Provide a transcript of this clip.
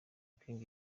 king